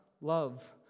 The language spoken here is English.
love